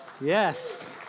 yes